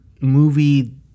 movie